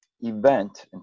event